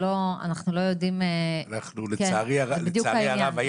לצערי הרב,